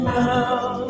now